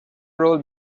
roll